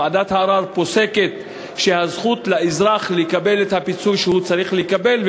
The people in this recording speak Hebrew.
ועדת הערר פוסקת שזכות האזרח לקבל את הפיצוי שהוא צריך לקבל,